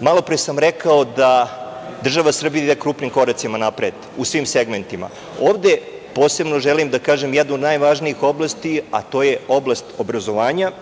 malo pre sam rekao da država Srbija ide krupnim koracima napred u svim segmentima. Ovde posebno želim da kažem jednu od najvažnijih oblasti, a to je oblast obrazovanja.